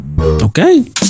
Okay